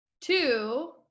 Two